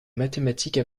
mathématiques